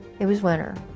it was winter